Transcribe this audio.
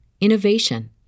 innovation